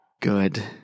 Good